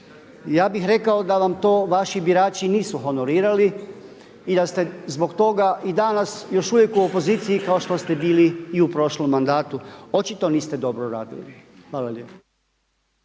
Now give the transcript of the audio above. Ja bih rekao da vam to vaši birači nisu honorirali i da ste zbog toga i danas još uvijek u opoziciji kao što ste bili i u prošlom mandatu, očito niste dobro radili. Hvala lijepo.